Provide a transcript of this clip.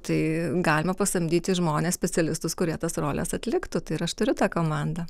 tai galima pasamdyti žmones specialistus kurie tas roles atliktų tai ir aš turiu tą komandą